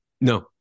No